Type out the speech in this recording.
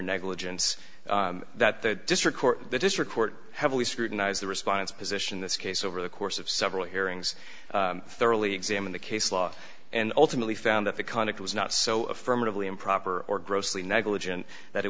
negligence that the district court the district court heavily scrutinized the response position this case over the course of several hearings thoroughly examine the case law and ultimately found that the conduct was not so affirmatively improper or grossly negligent that it